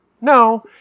No